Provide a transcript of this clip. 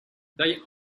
they